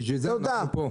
בשביל זה הוא בא לפה.